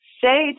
say